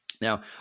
Now